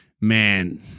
man